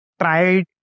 tried